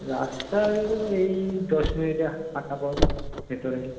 রাস্তার এই দশ মিনিটের হাঁটা পথ ভেতরে